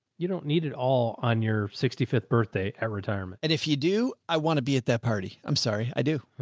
you don't need it all on your sixty fifth birthday at retirement. and if you do, i want to be at that party. i'm sorry. i do.